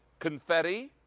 confetti.